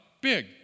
big